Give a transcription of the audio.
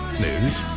news